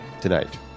tonight